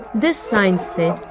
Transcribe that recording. this sign said,